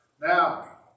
Now